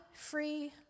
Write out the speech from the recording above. Free